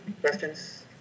questions